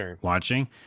watching